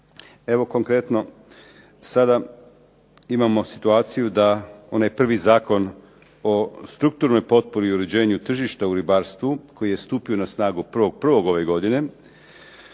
Evo konkretno, sada imamo situaciju da onaj prvi zakon o strukturnoj potpori i uređenju tržišta u ribarstvu koji je stupio na snagu 1.1. ove godine,